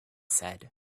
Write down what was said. said